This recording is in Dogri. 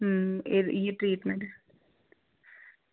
हां इ'यै ट्रीटमेंट